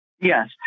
Yes